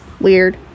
weird